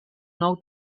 nou